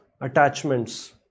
attachments